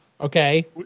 Okay